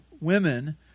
women